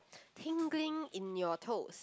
tingling in your toes